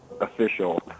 Official